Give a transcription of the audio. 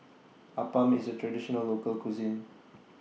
Appam IS A Traditional Local Cuisine